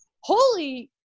holy